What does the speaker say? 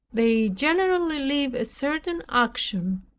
they generally leave a certain unction,